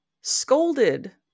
scolded